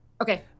Okay